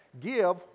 give